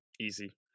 easy